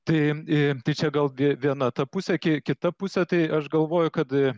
tai tai čia gal čia vie viena ta pusė ki kita pusė tai aš galvoju kad